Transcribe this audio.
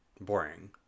Boring